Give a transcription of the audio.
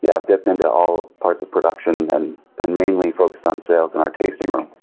yeah i've dipped into all parts of production and and mainly focused on sales in our tasting room.